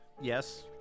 Yes